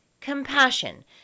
compassion